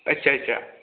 ਅੱਛਾ ਅੱਛਾ